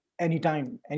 anytime